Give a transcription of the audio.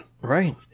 Right